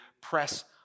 press